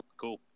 Cool